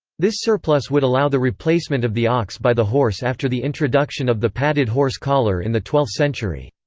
this surplus would allow the replacement of the ox by the horse after the introduction of the padded horse collar in the twelfth century.